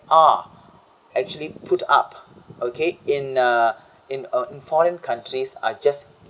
are actually put up okay in a in a in foreign countries are just